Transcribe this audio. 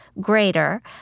greater